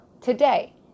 today